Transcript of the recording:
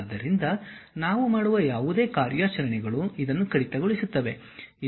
ಆದ್ದರಿಂದ ನಾವು ಮಾಡುವ ಯಾವುದೇ ಕಾರ್ಯಾಚರಣೆಗಳು ಇದನ್ನು ಕಡಿತಗೊಳಿಸುತ್ತವೆ